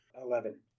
Eleven